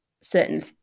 certain